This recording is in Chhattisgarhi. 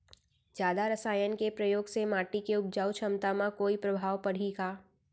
जादा रसायन के प्रयोग से माटी के उपजाऊ क्षमता म कोई प्रभाव पड़ही का?